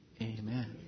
Amen